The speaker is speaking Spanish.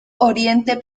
oriente